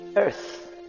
earth